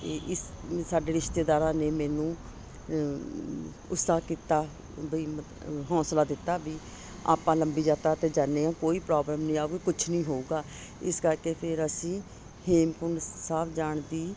ਇਸ ਸਾਡੇ ਰਿਸ਼ਤੇਦਾਰਾਂ ਨੇ ਮੈਨੂੰ ਉਤਸ਼ਾਹ ਕੀਤਾ ਵਈ ਮ ਹੌਸਲਾ ਦਿੱਤਾ ਵੀ ਆਪਾਂ ਲੰਬੀ ਯਾਤਰਾ 'ਤੇ ਜਾਂਦੇ ਹਾਂ ਕੋਈ ਪ੍ਰੋਬਲਮ ਨਹੀਂ ਆਊਗੀ ਕੁਛ ਨਹੀਂ ਹੋਊਗਾ ਇਸ ਕਰਕੇ ਫੇਰ ਅਸੀਂ ਹੇਮਕੁੰਟ ਸਾਹਿਬ ਜਾਣ ਦੀ